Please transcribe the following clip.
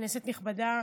כנסת נכבדה,